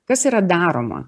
kas yra daroma